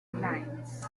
lines